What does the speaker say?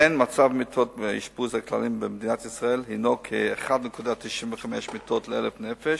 מצבת מיטות האשפוז הכלליות במדינת ישראל היא כ-1.95 מיטה ל-100 נפש.